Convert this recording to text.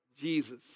Jesus